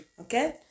Okay